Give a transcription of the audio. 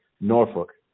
Norfolk